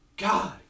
God